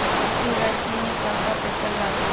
KYC में का का पेपर लगी?